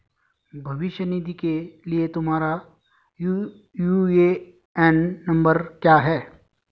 भविष्य निधि के लिए तुम्हारा यू.ए.एन नंबर क्या है?